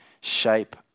shape